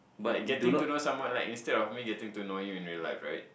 like getting to know someone like instead of me getting to know you in real life right